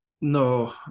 No